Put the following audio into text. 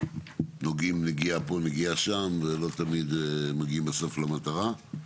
נוגעים נגיעה פה נגיעה שם ולא נוגעים בסוף במטרה?